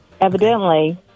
evidently